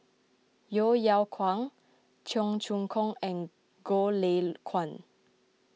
Yeo Yeow Kwang Cheong Choong Kong and Goh Lay Kuan